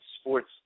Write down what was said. sports